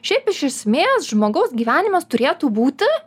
šiaip iš esmės žmogaus gyvenimas turėtų būti